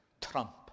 trump